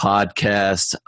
Podcast